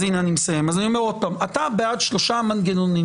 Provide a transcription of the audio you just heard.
אני אומר שוב, אתה בעד שלושה מנגנונים